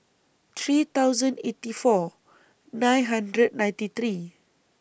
three thousand eighty four nine hundred ninety three